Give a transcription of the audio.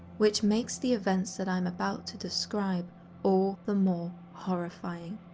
which makes the events that i am about to describe all the more horrifying.